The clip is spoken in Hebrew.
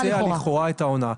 של מי שמבצע לכאורה את ההונאה.